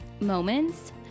moments